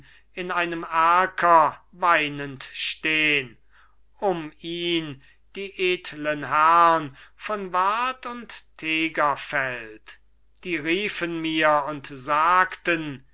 in einem erker weinend stehn um ihn die edeln herrn von wart und tegerfeld die riefen mir und sagten